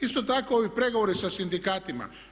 Isto tako ovi pregovori sa sindikatima.